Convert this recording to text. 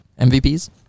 MVPs